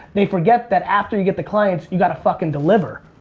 they forget that after you get the clients you've got to fucking deliver.